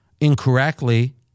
incorrectly